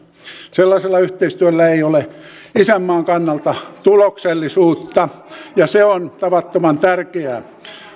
sellaisella yhteistyöllä ei ole isänmaan kannalta tuloksellisuutta ja se on tavattoman tärkeää